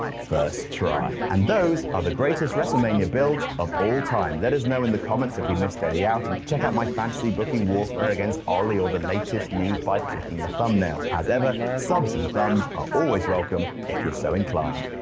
first try. and those are the greatest wrestlemania builds of all time. let us know in the comments if we missed any out, and check out my fantasy booking warfare against oli or the latest news by clicking the thumbnails. as ever subs and thumbs are always welcome if you're so inclined.